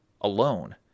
alone